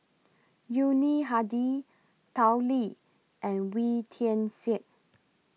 Yuni Hadi Tao Li and Wee Tian Siak